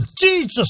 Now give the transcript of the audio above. Jesus